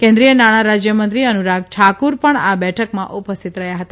કેન્નિ ૂય નાણાંરાજયમંત્રી અનુરાગ ઠાકુર પણ આ બેઠકમાં ઉપસ્થિત રહ્યા હતા